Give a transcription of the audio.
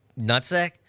nutsack